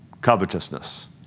Covetousness